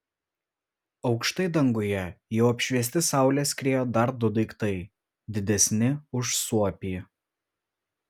aukštai danguje jau apšviesti saulės skriejo dar du daiktai didesni už suopį